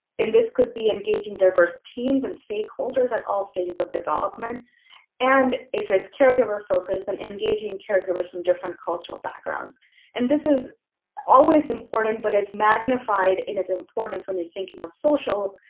this could be engaging diverse teams and stakeholders and all stages of development and if it's caregiver focused and engaging caregivers from different cultural backgrounds and this is always important but is magnified in his importance when you're thinking of social.